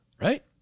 right